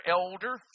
elder